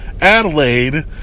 Adelaide